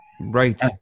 Right